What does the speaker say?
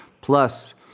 plus